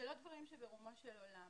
אלה לא דברים שברומו של עולם.